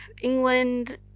England